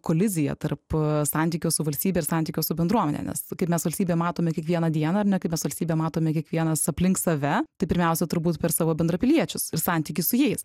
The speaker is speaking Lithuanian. kolizija tarp santykių su valstybe ir santykių su bendruomene nes kaip mes valstybę matome kiekvieną dieną ar ne kaip valstybę matome kiekvienas aplink save tai pirmiausia turbūt per savo bendrapiliečiusir santykį su jais